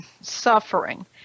suffering